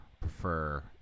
prefer